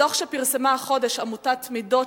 בדוח שפרסמה החודש עמותת "מידות",